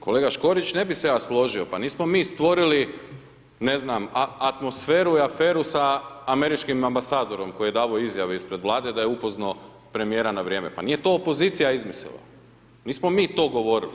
Kolega Škorić, ne bi se ja složio, pa nismo mi stvorili, ne znam, atmosferu i aferu sa američkim ambasadorom koji je davao izjave ispred Vlade da je upoznao premijer na vrijeme, pa nije to opozicija izmislila, nismo mi to govorili.